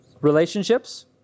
Relationships